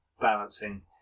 Balancing